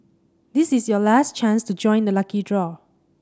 this is your last chance to join the lucky draw